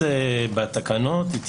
אגב,